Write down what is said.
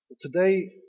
Today